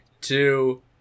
Two